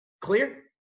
Clear